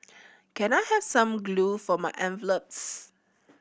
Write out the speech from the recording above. can I have some glue for my envelopes